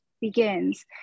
begins